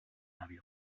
hàbil